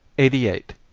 eighty eight.